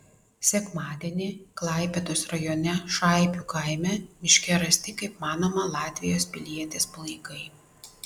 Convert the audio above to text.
sekmadienį klaipėdos rajone šaipių kaime miške rasti kaip manoma latvijos pilietės palaikai